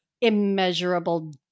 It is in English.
immeasurable